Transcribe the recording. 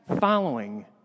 following